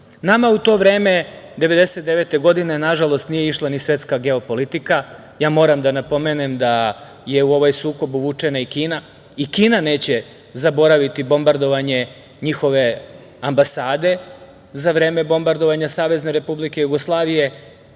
u to vreme 1999. godine, nažalost, nije išla ni svetska geopolitika. Moram da napomenem da je u ovaj sukob uvučena i Kina. I Kina neće zaboraviti bombardovanje njihove ambasade za vreme bombardovanja SR Jugoslavije.